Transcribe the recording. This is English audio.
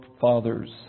fathers